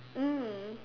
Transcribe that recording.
mm